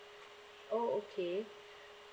oh okay